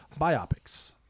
Biopics